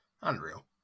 Unreal